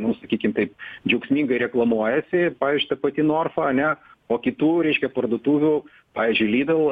nu sakykim taip džiaugsmingai reklamuojasi pavyzdžiui ta pati norfa ane o kitų reiškia parduotuvių pavyzdžiui lidl